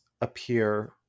appear